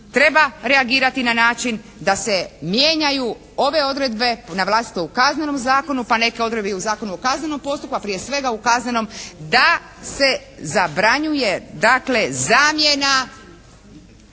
treba reagirati na način da se mijenjaju ove odredbe na …/Govornik se ne razumije./… Kaznenom zakonu, pa neke odredbe i u Zakonu o kaznenom postupku, a prije svega u kaznenom da se zabranjuje dakle